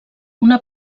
una